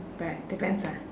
but depends lah